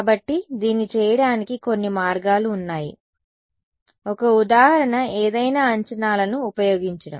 కాబట్టి దీన్ని చేయడానికి కొన్ని మార్గాలు ఉన్నాయి ఒక ఉదాహరణ ఏదైనా అంచనాలను ఉపయోగించడం